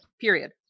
period